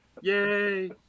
Yay